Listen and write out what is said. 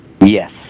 Yes